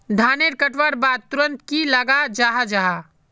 धानेर कटवार बाद तुरंत की लगा जाहा जाहा?